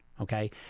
okay